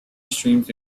streams